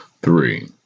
Three